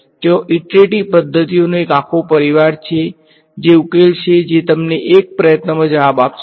તેથી તેથી જ તમને ઇચ્છિત સચોટતા માટે આને વધુ સારી રીતે આપવા માટે તમારે શક્ય તેટલી કાર્યક્ષમતાની જરૂર છે